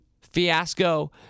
fiasco